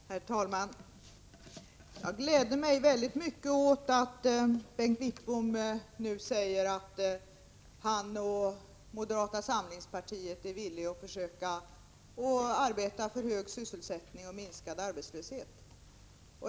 Herr talman! Jag gläder mig mycket åt att Bengt Wittbom nu säger att han och moderata samlingspartiet är villiga att försöka arbeta för hög sysselsättning och minskad arbetslöshet.